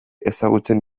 ezagutzen